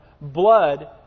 Blood